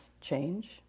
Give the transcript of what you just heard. change